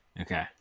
okay